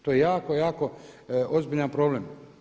To je jako, jako ozbiljan problem.